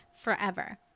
forever